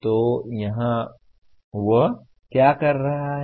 तो यहाँ वह क्या कर रहा है